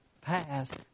past